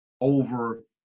over